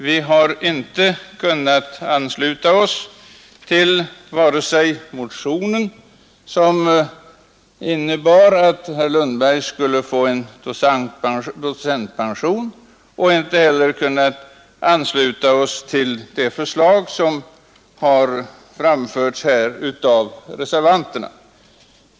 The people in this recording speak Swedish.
Vi har inte kunnat ansluta oss till vare sig motionen, som innebar att herr Lundberg skulle få docentpension, eller till det förslag som framförts av reservanterna.